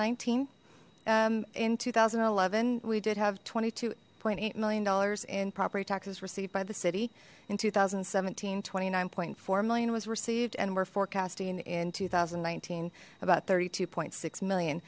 nineteen in two thousand and eleven we did have twenty two point eight million dollars in property taxes received by the city in two thousand and seventeen twenty nine point four million was received and we're forecasting in two thousand and nineteen about thirty two point six million